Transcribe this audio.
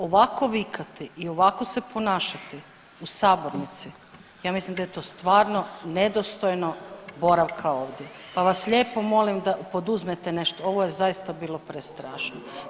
Ovako vikati i ovako se ponašati u sabornici, ja mislim da je to stvarno nedostojno boravka ovdje pa vas lijepo molim da poduzmete nešto, ovo je zaista bilo prestrašno.